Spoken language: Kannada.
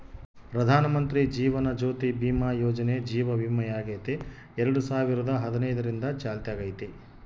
ಪ್ರಧಾನಮಂತ್ರಿ ಜೀವನ ಜ್ಯೋತಿ ಭೀಮಾ ಯೋಜನೆ ಜೀವ ವಿಮೆಯಾಗೆತೆ ಎರಡು ಸಾವಿರದ ಹದಿನೈದರಿಂದ ಚಾಲ್ತ್ಯಾಗೈತೆ